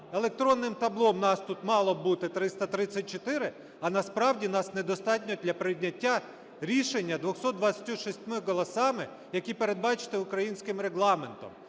електронним табло, нас тут мало б бути 334, а насправді нас недостатньо для прийняття рішення 226 голосами, які передбачені українським Регламентом.